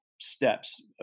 steps